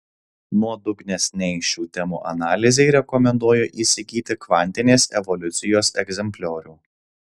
nuodugnesnei šių temų analizei rekomenduoju įsigyti kvantinės evoliucijos egzempliorių